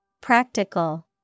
Practical